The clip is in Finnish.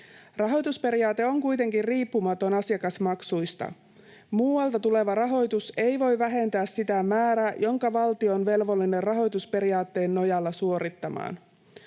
Rahoitusperiaate on kuitenkin riippumaton asiakasmaksuista. Muualta tuleva rahoitus ei voi vähentää sitä määrää, jonka valtio on velvollinen rahoitusperiaatteen nojalla suorittamaan.